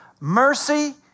Mercy